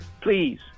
Please